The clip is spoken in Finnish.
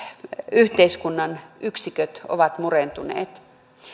yhteiskunnan yksiköt ovat murentuneet